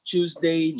Tuesday